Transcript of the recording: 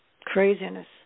Craziness